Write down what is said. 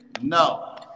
No